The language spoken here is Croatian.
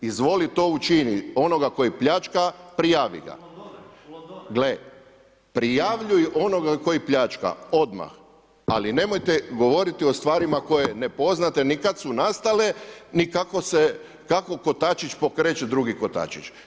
Izvoli to učiniti, onoga koji pljačka, prijavi ga. … [[Upadica se ne čuje.]] Gle, prijavljuj onoga koji pljačka, odmah, ali nemojte govoriti o stvarima koje ne poznajete ni kada su nastale ni kako se, kako kotačić pokreće drugi kotačić.